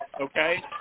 okay